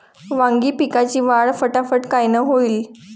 वांगी पिकाची वाढ फटाफट कायनं होईल?